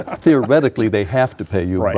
ah theoretically, they have to pay you. right.